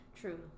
true